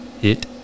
hit